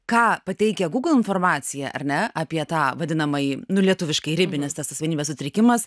ką pateikia google informacija ar ne apie tą vadinamąjį nu lietuviškai ribinis asmenybės sutrikimas